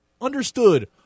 understood